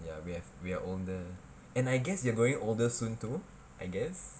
ya we are older and I guess you are growing older soon too I guess